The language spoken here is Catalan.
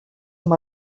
amb